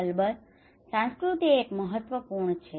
અલબત્ત સંસ્કૃતિ એ એક મહત્વપૂર્ણ છે